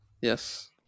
Yes